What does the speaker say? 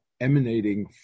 emanating